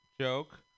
joke